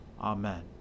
Amen